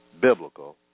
Biblical